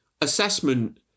assessment